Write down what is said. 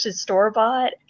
store-bought